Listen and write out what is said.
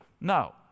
Now